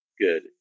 good